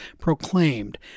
proclaimed